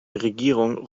regierung